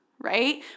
right